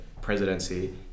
presidency